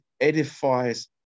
edifies